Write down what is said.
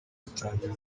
bitangiye